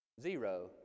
zero